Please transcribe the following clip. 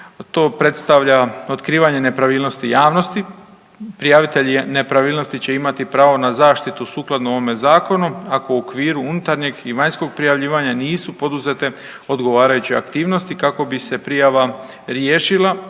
To predstavlja otkrivanje nepravilnosti javnosti. Prijavitelj nepravilnosti će imati pravo na zaštitu sukladno ovome zakonu ako u okviru unutarnjeg i vanjskog prijavljivanja nisu poduzete odgovarajuće aktivnosti kako bi se prijava riješila